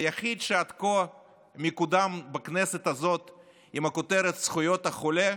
היחיד שעד כה מקודם בכנסת הזאת עם הכותרת "זכויות החולה",